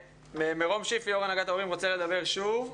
מירום שיף, יו"ר הנהגת ההורים רוצה לדבר שוב.